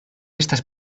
estas